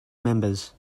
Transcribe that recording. members